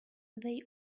they